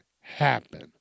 happen